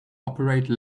operate